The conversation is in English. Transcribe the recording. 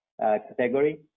category